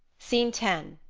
scene ten.